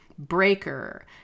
Breaker